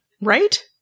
Right